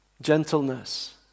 Gentleness